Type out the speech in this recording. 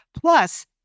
plus